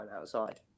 outside